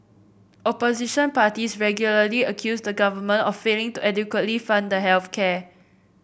opposition parties regularly accuse the government of failing to adequately fund the health care